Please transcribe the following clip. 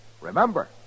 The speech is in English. Remember